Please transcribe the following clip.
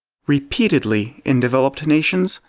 repeatedly, in developed nations,